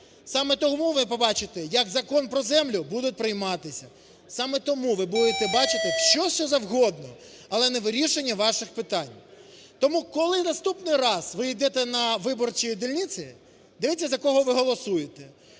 саме тому ви побачите, як Закон про землю буде прийматися, саме тому ви будете бачити все, що завгодно, але не вирішення ваших питань. Тому, коли наступний раз ви йдете на виборчі дільниці, дивіться, за кого ви голосуєте.